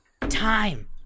time